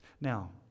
Now